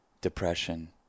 depression